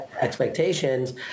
expectations